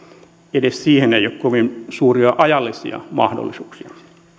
edes siihen ei ole kovin suuria ajallisia mahdollisuuksia